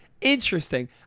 interesting